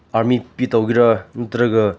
army ꯇꯧꯒꯦꯔ ꯅꯠꯇ꯭ꯔꯒ